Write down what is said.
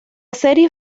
serie